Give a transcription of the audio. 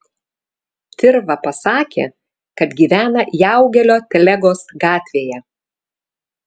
tirva pasakė kad gyvena jaugelio telegos gatvėje